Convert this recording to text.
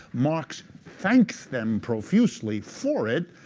marx thanked them profusely for it,